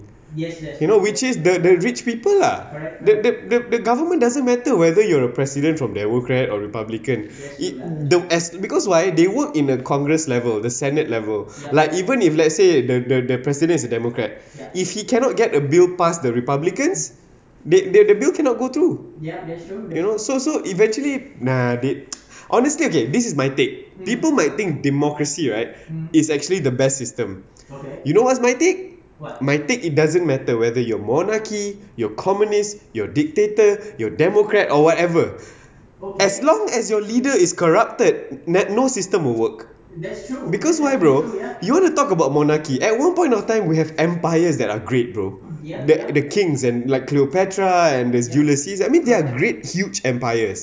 you know which is the the rich people lah the the the government doesn't matter whether you're a president from their own credit or republicans it as~ because why they work in the congress level the senate level like even if let's say the the president's a democrat if he cannot get a bill passed the republicans the the the bill cannot go through you know so so eventually nah honestly okay this is my take people might think democracy right is actually the best system you know what's my take my take it doesn't matter whether you're monarchy you're communist your dictator your democrat or whatever as long as your leader is corrupted net no system will work because why bro you wanna talk about monarchy at one point of time we have empires that are great bro that the kings and like cleopatra and there's julius caesar I mean they're great huge empires